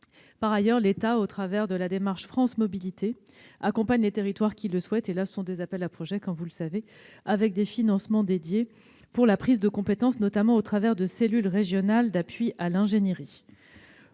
Par ailleurs, l'État, au travers de la démarche France Mobilités, accompagne les territoires qui le souhaitent. Cet accompagnement passe par des appels à projets, comme vous le savez, avec des financements dédiés pour la prise de compétence, notamment au travers de cellules régionales d'appui à l'ingénierie.